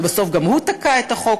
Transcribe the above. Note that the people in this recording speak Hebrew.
ובסוף גם הוא תקע את החוק,